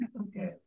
Okay